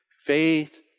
Faith